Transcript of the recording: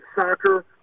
soccer